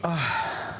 חה"כ